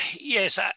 yes